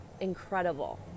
incredible